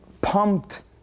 pumped